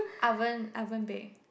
oven oven bake